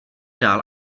dál